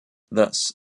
thus